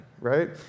right